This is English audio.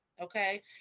Okay